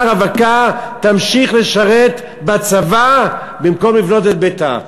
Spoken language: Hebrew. רווקה תמשיך לשרת בצבא במקום לבנות את ביתה.